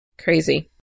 Crazy